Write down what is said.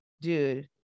dude